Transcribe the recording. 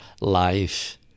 life